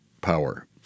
power